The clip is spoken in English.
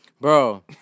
Bro